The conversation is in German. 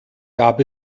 gab